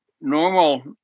normal